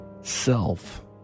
self